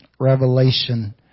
Revelation